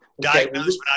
Diagnosed